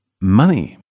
Money